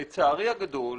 לצערי הגדול,